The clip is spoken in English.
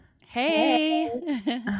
hey